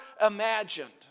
imagined